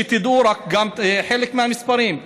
שתדעו גם חלק מהמספרים: